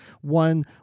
one